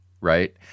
right